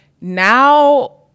now